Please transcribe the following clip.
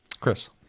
Chris